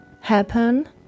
happen